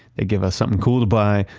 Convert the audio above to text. they give us something cool to buy.